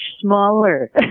smaller